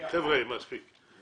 חבר'ה, מספיק.